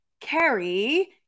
Carrie